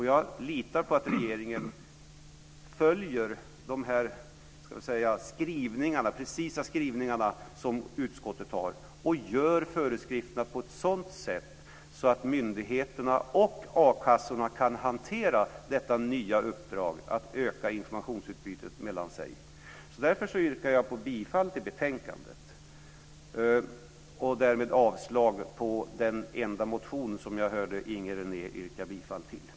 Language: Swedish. Jag litar på att regeringen följer de precisa skrivningar som utskottet har och gör föreskrifterna på ett sådant sätt att myndigheterna och a-kassorna kan hantera detta nya uppdrag att öka informationsutbytet mellan sig. Därför yrkar jag bifall till betänkandet och därmed avslag på den enda motion som jag hörde att Inger René yrkade bifall till.